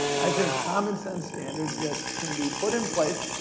i think, common-sense standards that can be put in place,